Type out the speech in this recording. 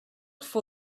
for